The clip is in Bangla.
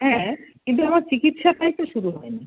হ্যাঁ কিন্তু আমার চিকিৎসাটাই তো শুরু হয়নি